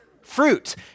fruit